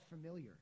familiar